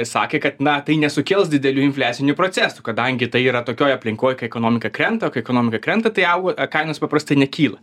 sakė kad na tai nesukels didelių infliacinių procesų kadangi tai yra tokioj aplinkoj kai ekonomika krenta o kai ekonomika krenta tai auga kainos paprastai nekyla